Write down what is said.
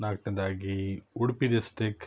ನಾಲ್ಕನೇದಾಗಿ ಉಡುಪಿ ಡಿಸ್ಟಿಕ್